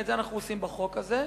ואת זה אנחנו עושים בחוק הזה,